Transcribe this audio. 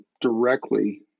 directly